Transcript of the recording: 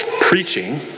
preaching